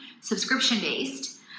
subscription-based